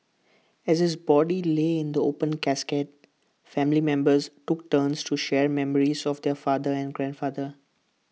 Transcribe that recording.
as his body lay in the open casket family members took turns to share memories of their father and grandfather